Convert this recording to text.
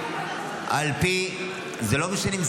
על פי ------ לא משנים.